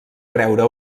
creure